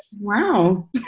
Wow